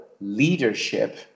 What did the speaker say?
leadership